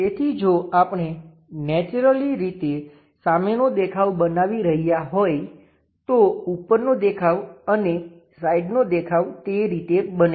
તેથી જો આપણે નેચરલી રીતે સામેનો દેખાવ બનાવી રહ્યા હોય તો ઉપરનો દેખાવ અને સાઇડનો દેખાવ તે રીતે બને છે